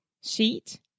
Sheet